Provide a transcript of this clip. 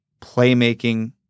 playmaking